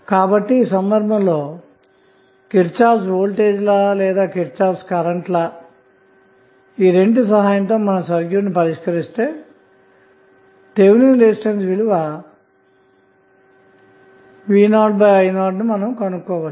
కాబట్టి ఈ సందర్భంలో కిర్చాఫ్ వోల్టేజ్ లా లేదా కిర్చాఫ్ కరెంట్ లా సహాయంతో సర్క్యూట్ను పరిష్కరిస్తే థెవెనిన్ రెసిస్టెన్స్ విలువ vo io ను కనుగొనవచ్చు